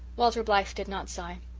walter blythe did not sigh.